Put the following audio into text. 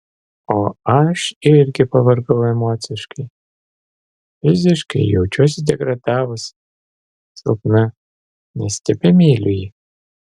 o aš irgi pavargau emociškai fiziškai jaučiuosi degradavusi silpna nes tebemyliu jį